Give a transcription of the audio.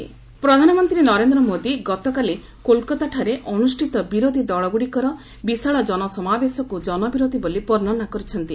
PM opposition ପ୍ରଧାନମନ୍ତ୍ରୀ ନରେନ୍ଦ୍ର ମୋଦି ଗତକାଲି କୋଲ୍କାତାଠାରେ ଅନୁଷ୍ଠିତ ବିରୋଧୀ ଦଳଗୁଡ଼ିକର ବିଶାଳ ଜନସମାବେଶକୁ ଜନବିରୋଧୀ ବୋଲି ବର୍ଷ୍ଣନା କରିଛନ୍ତି